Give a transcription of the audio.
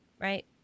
right